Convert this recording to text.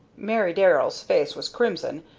mary darrell's face was crimson,